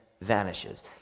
vanishes